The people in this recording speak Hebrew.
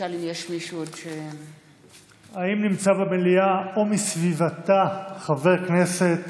האם נמצא במליאה או מסביבה חבר כנסת